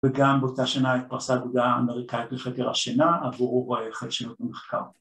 ‫וגם באותה שנה היא התפרסמה ‫עבודה אמריקאית בחקר השינה ‫עבור חי שנות במחקר.